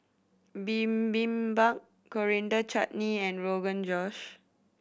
Bibimbap Coriander Chutney and Rogan Josh